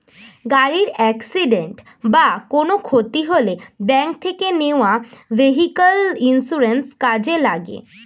গাড়ির অ্যাকসিডেন্ট বা কোনো ক্ষতি হলে ব্যাংক থেকে নেওয়া ভেহিক্যাল ইন্সুরেন্স কাজে লাগে